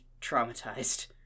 traumatized